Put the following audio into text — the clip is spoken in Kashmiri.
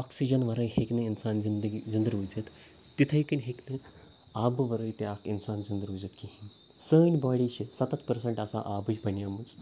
آکسیٖجَن وَرٲے ہیٚکہِ نہٕ اِنسان زندگی زِندٕ روٗزِتھ تِتھَے کٔنۍ ہیٚکہِ نہٕ آبہٕ وَرٲے تہِ اَکھ اِنسان زِندٕ روٗزِتھ کِہیٖنۍ سٲنۍ باڈی چھِ سَتَتھ پٔرسَنٛٹ آسان آبٕچ بَنیمٕژ